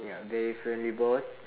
ya very friendly boss